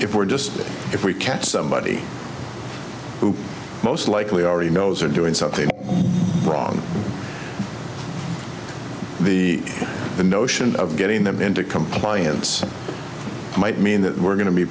if we're just if we catch somebody who most likely already knows or doing something wrong the notion of getting them into compliance might mean that we're going to be